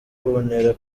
buntera